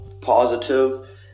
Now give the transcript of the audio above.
positive